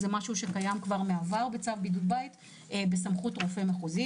זה משהו שקיים כבר מעבר בצו בידוד בית ובסמכות רופא מחוזי.